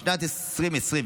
בשנת 2020,